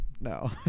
No